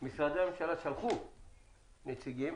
של הכנסת.